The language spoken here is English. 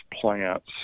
plants